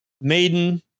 maiden